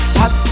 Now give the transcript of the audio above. hot